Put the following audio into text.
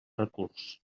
recurs